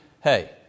Hey